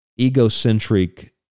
egocentric